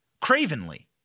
cravenly